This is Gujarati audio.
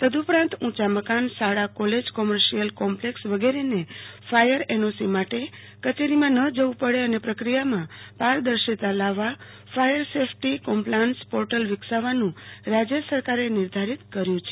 તદુપરાંત ઊંચા મકાનો શાળા કોલેજો કોમર્શીયલ કોમ્પ્લેક્ષ વગેરે ને ફાયર એન ઓ સી માટે કચેરીમાં ન જવું પડે અને પ્રક્રિયા માં પારદર્શીતા લાવવા ફાયર સેફટી ક્રોમ્પલંસ પોર્ટલ વિકસાવવાનું રાજ્ય સરકારે નિર્ધારિત કર્યું છે